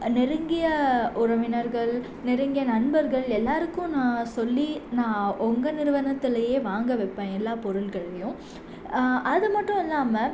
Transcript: நெருங்கிய உறவினர்கள் நெருங்கிய நண்பர்கள் எல்லோருக்கும் நான் சொல்லி நான் உங்கள் நிறுவனத்துலேயே வாங்க வைப்பேன் எல்லா பொருட்களையும் அது மட்டும் இல்லாமல்